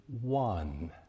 one